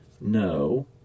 No